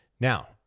Now